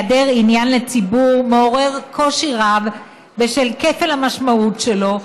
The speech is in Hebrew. המונח "היעדר עניין לציבור" מעורר קושי בשל כפל המשמעות שלו,